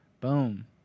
Boom